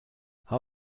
how